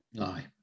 Aye